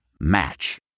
Match